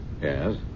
Yes